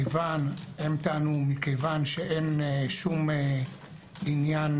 והם טענו, מכיוון שאין שום עניין